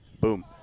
boom